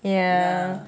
yeah